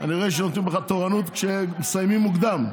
אני רואה שנותנים לך תורנות כשמסיימים מוקדם.